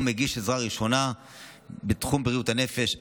מגיש עזרה ראשונה בתחום בריאות הנפש,